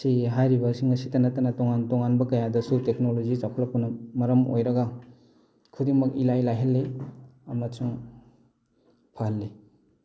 ꯁꯤ ꯍꯥꯏꯔꯤꯕꯁꯤꯡ ꯑꯁꯤꯇ ꯅꯠꯇꯅ ꯇꯣꯉꯥꯟ ꯇꯣꯉꯥꯟꯕ ꯀꯌꯥꯗꯁꯨ ꯇꯦꯛꯅꯣꯂꯣꯖꯤ ꯆꯥꯎꯈꯠꯂꯛꯄꯅ ꯃꯔꯝ ꯑꯣꯏꯔꯒ ꯈꯨꯗꯤꯡꯃꯛ ꯏꯂꯥꯏ ꯂꯥꯏꯍꯜꯂꯤ ꯑꯃꯁꯨꯡ ꯐꯍꯜꯂꯤ